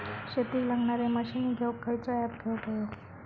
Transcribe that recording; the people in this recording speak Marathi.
शेतीक लागणारे मशीनी घेवक खयचो ऍप घेवक होयो?